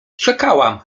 czekałam